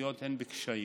החברתיות בקשיים,